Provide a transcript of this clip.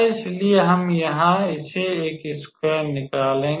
इसलिए हम यहां से एक स्कवेर निकालेंगे